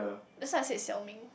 just now I said Xiao-Ming